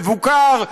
מבוקר,